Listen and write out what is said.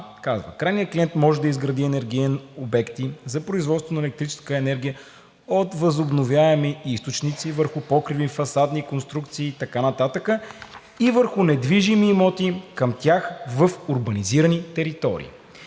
„Крайният клиент може да изгради енергийни обекти за производство на електрическа енергия от възобновяеми източници върху покриви, фасадни конструкции и така нататък – и върху недвижими имоти към тях в урбанизирани територии.“